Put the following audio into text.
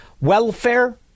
welfare